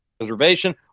reservation